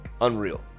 unreal